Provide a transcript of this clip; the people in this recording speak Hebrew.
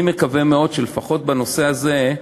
אני מקווה מאוד שלפחות בנושא הזה,